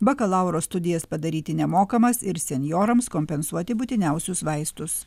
bakalauro studijas padaryti nemokamas ir senjorams kompensuoti būtiniausius vaistus